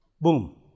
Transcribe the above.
Boom